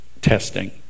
testing